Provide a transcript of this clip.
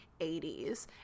80s